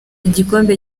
igikombe